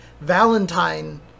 Valentine